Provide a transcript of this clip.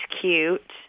cute